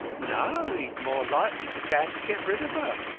no, he'd more likely be glad to get rid of her.